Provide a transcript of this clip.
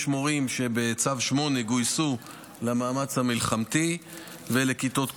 יש מורים שבצו 8 גויסו למאמץ המלחמתי ולכיתות כוננות.